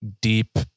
deep